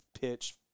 pitch